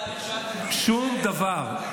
--- שום דבר.